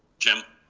jim.